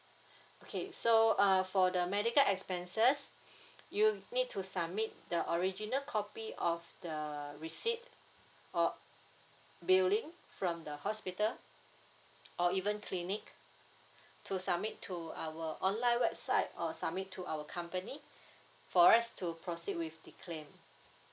okay so uh for the medical expenses you need to submit the original copy of the receipt uh billing from the hospital or even clinic to submit to our online website or submit to our company for us to proceed with the claim